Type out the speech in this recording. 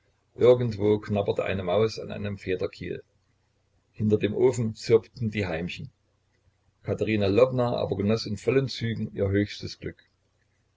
irgendwo knabberte eine maus an einem federkiel hinter dem ofen zirpten die heimchen katerina lwowna aber genoß in vollen zügen ihr höchstes glück